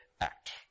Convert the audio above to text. act